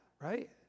right